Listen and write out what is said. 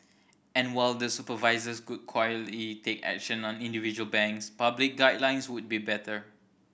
and while the supervisors could quietly take action on individual banks public guidelines would be better